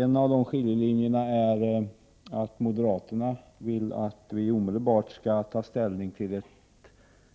En av dem är att moderaterna vill att vi omedelbart skall ta ställning till ett